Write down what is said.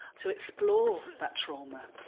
so explore that trauma,